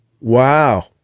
wow